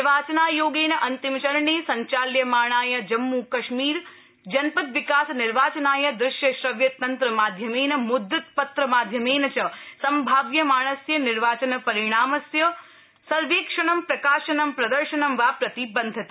निर्वाचनायोगेन अन्तिम चरणे संचाल्यमाणाय जम्मुकश्मीर जनपद विकास निर्वाचनाय दृश्य श्रव्य तन्त्रमाध्यमेन मुद्रितपत्रमाध्यमेन च सम्भाव्यमाणस्य निर्वाचन परिणामस्य सर्वेक्षणं प्रकाशनं प्रदर्शनं वा प्रतिबन्धित